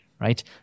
right